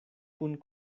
kun